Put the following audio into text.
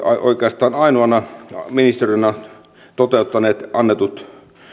oikeastaan ainoana ministeriönä toteuttanut annetut